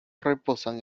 reposan